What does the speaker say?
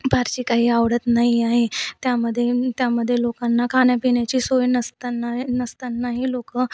फारशी काही आवडत नाही आहे त्यामध्ये त्यामध्ये लोकांना खाण्यापिण्याची सोय नसताना नसतानाही लोकं